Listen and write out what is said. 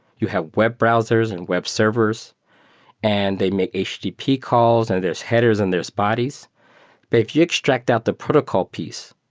you have web browsers and web servers and they make http calls, and there are headers and there're bodies, but if you extract out the protocol piece,